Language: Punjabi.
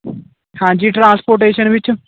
ਹਾਂਜੀ ਟਰਾਂਸਪੋਟੇਸ਼ਨ ਵਿੱਚ